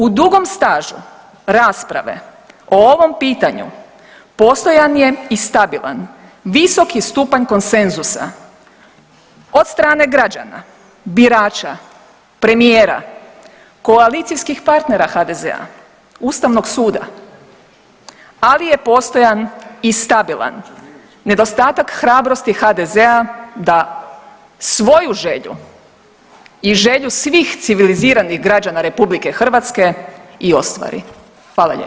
U dugom stažu rasprave o ovom pitanju postojan je i stabilan visoki stupanj konsenzusa od strane građana, birača, premijera, koalicijskih partnera HDZ-a, ustavnog suda, ali je postojan i stabilan nedostatak hrabrosti HDZ-a da svoju želju i želju svih civiliziranih građana RH i ostvari, hvala lijepa.